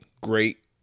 great